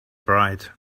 pride